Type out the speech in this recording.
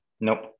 Nope